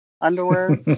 underwear